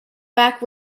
back